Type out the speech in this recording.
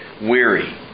weary